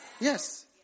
Yes